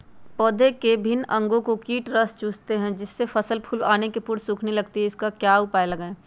पौधे के विभिन्न अंगों से कीट रस चूसते हैं जिससे फसल फूल आने के पूर्व सूखने लगती है इसका क्या उपाय लगाएं?